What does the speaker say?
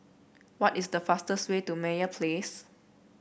what is the fastest way to Meyer Place